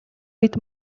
үед